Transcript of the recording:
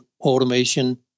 automation